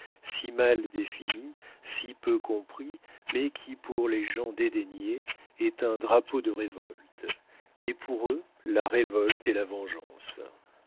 si mal défini si peu compris mais qui pour les gens dédaignés est un drapeau de révolte et pour eux la révolte est la vengeance